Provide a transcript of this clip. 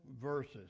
verses